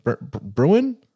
Bruin